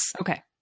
Okay